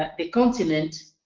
ah the continent